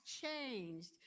changed